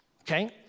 okay